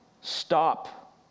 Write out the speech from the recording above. stop